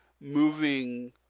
moving